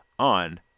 on